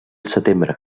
setembre